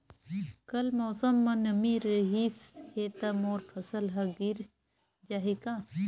कल मौसम म नमी रहिस हे त मोर फसल ह गिर जाही का?